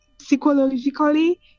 psychologically